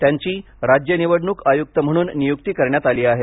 त्यांची राज्य निवडणूक आयुक्त म्हणून नियुक्ती करण्यात आली आहे